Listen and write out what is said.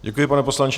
Děkuji, pane poslanče.